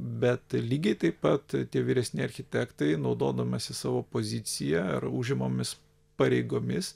bet lygiai taip pat tie vyresni architektai naudodamiesi savo pozicija ar užimamomis pareigomis